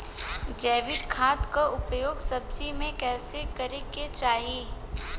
जैविक खाद क उपयोग सब्जी में कैसे करे के चाही?